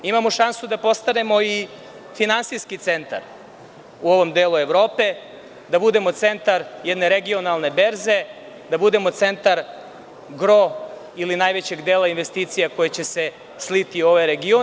Imamo šansu da postanemo i finansijski centar u ovom delu Evrope, da budemo centar jedne regionalne berze, da budemo centar gro ili najvećeg dela investicija koje će se sliti u ovaj region.